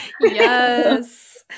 Yes